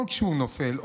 לא כשהוא נופל,